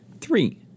Three